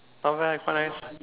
not bad quite nice